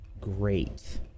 Great